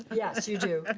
yeah yes, you do.